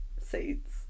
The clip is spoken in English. seats